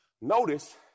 Notice